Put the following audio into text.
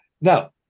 Now